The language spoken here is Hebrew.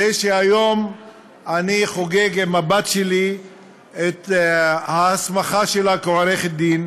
שהיום אני חוגג עם הבת שלי את ההסמכה שלה כעורכת-דין,